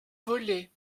volé